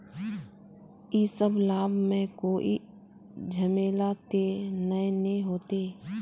इ सब लाभ में कोई झमेला ते नय ने होते?